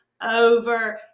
over